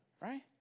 Right